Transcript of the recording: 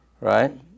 right